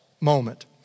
moment